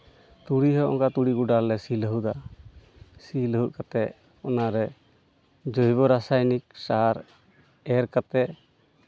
ᱛᱩᱲᱤ ᱦᱚᱸ ᱚᱱᱠᱟ ᱛᱩᱲᱤ ᱜᱚᱰᱟ ᱞᱮ ᱥᱤ ᱞᱟᱹᱦᱩᱫᱟ ᱥᱤ ᱞᱟᱹᱦᱩᱫ ᱠᱟᱛᱮᱫ ᱚᱱᱟᱨᱮ ᱡᱳᱭᱵᱚ ᱨᱟᱥᱟᱭᱚᱱᱤᱠ ᱥᱟᱨ ᱮᱨ ᱠᱟᱛᱮᱫ